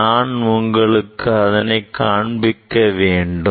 நான் உங்களுக்கு அதனை காண்பிக்க வேண்டும்